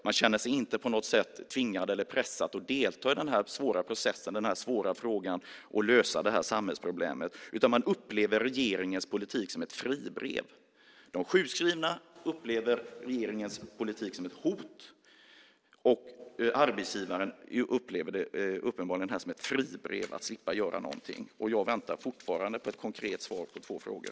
Man känner sig inte på något sätt tvingad eller pressad att delta i denna svåra process för att lösa detta samhällsproblem. Man upplever i stället regeringens politik som ett fribrev. De sjukskrivna upplever regeringens politik som ett hot, och arbetsgivaren upplever den uppenbarligen enligt detta som ett fribrev att slippa göra någonting. Jag väntar fortfarande på ett konkret svar på två frågor.